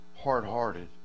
hard-hearted